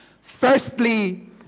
Firstly